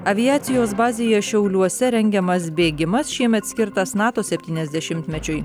aviacijos bazėje šiauliuose rengiamas bėgimas šiemet skirtas nato septyniasdešimtmečiui